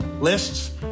lists